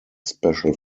special